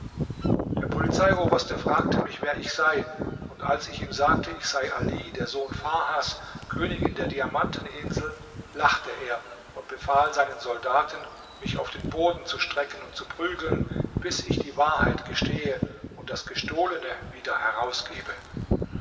der polizeioberste fragte mich wer ich sei und als ich ihm sagte ich sei ali der sohn farhas königin der diamanteninsel lachte er und befahl seinen soldaten mich auf den boden zu strecken und zu prügeln bis ich die wahrheit gestehe und das gestohlene wieder herausgebe